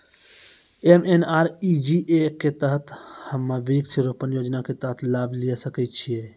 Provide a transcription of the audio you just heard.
MNREGA के तहत हम्मय वृक्ष रोपण योजना के तहत लाभ लिये सकय छियै?